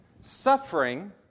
Suffering